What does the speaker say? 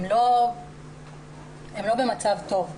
הן לא במצב טוב.